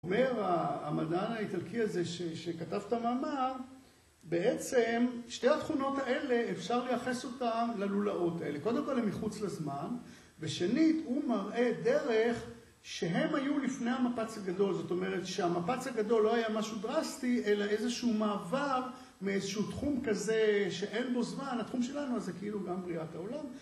אומר המדען האיטלקי הזה שכתב את המאמר, בעצם שתי התכונות האלה אפשר לייחס אותה ללולאות האלה, קודם כל הן מחוץ לזמן, ושנית הוא מראה דרך שהן היו לפני המפץ הגדול, זאת אומרת שהמפץ הגדול לא היה משהו דרסטי אלא איזשהו מעבר מאיזשהו תחום כזה שאין בו זמן התחום שלנו אז זה כאילו גם בריאת העולם